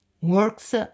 works